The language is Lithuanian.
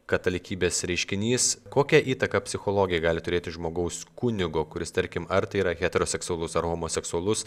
katalikybės reiškinys kokią įtaką psichologijai gali turėti žmogaus kunigo kuris tarkim ar tai yra heteroseksualus ar homoseksualus